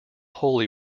holy